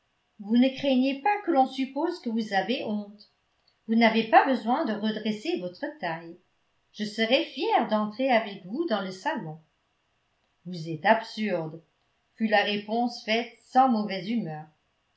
vous ne craignez pas que l'on suppose que vous avez honte vous n'avez pas besoin de redresser votre taille je serai fière d'entrer avec vous dans le salon vous êtes absurde fut la réponse faite sans mauvaise humeur